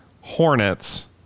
hornets